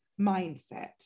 mindset